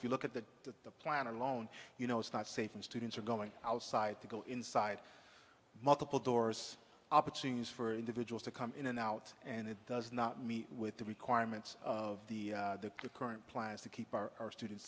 if you look at that that the plan alone you know it's not safe and students are going outside to go inside multiple doors opportunities for individuals to come in and out and it does not meet with the requirements of the current plan is to keep our students